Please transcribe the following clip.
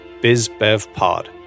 BizBevPod